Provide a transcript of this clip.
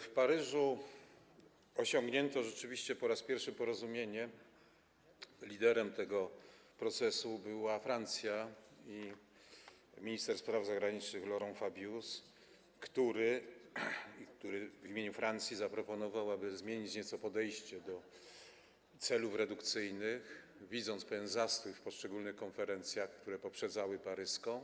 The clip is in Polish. W Paryżu osiągnięto rzeczywiście po raz pierwszy porozumienie, liderem tego procesu była Francja, był minister spraw zagranicznych Laurent Fabius, który w imieniu Francji zaproponował, aby zmienić nieco podejście do celów redukcyjnych, widząc pewien zastój w odniesieniu do poszczególnych konferencji, które poprzedzały paryską.